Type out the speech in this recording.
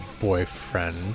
boyfriend